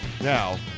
Now